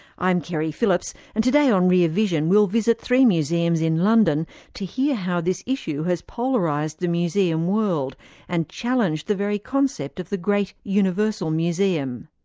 i'm keri phillips and today on rear vision, we'll visit three museums in london to hear how this issue has polarised the museum world and challenged the very concept of the great universal museum.